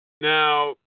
Now